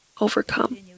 overcome